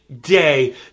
day